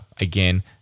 again